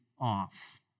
off